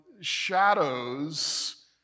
shadows